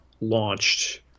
launched